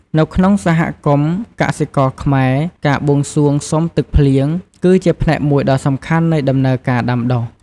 នៅក្នុងសហគមន៍កសិករខ្មែរ ការបួងសួងសុំទឹកភ្លៀង គឺជាផ្នែកមួយដ៏សំខាន់នៃដំណើរការដាំដុះ។